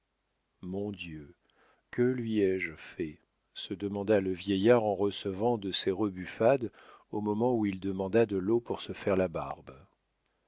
mon dieu que lui ai-je fait se demanda le vieillard en recevant une de ces rebuffades au moment où il demanda de l'eau pour se faire la barbe